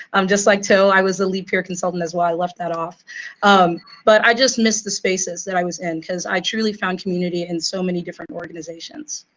i'm just like, whoa, so i was a lead peer consultant is why i left that off um but i just missed the spaces that i was in cause i truly found community in so many different organizations.